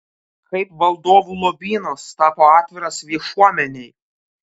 kaip valdovų lobynas tapo atviras viešuomenei